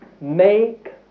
make